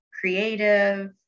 creative